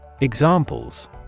Examples